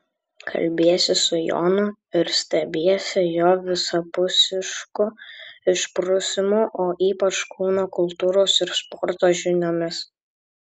kalbiesi su jonu ir stebiesi jo visapusišku išprusimu o ypač kūno kultūros ir sporto žiniomis